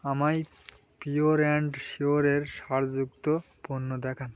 আমায় pure and শিওরের ছাড় যুক্ত পণ্য দেখান